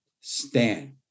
stand